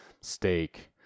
steak